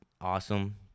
awesome